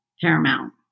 paramount